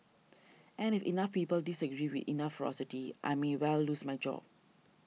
and if enough people disagree with enough ferocity I may well lose my job